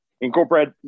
incorporate